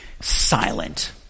silent